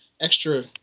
extra